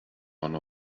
one